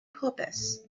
purpose